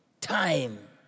Time